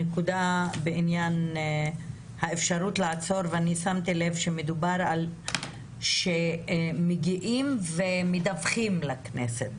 בעניין האפשרות לעצור שמתי לב שמדובר על כך שמגיעים ומדווחים לכנסת,